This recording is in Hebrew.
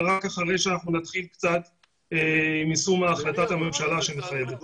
אבל רק אחרי שנתחיל ביישום החלטת הממשלה שמחייבת אותנו.